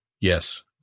Yes